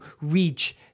reach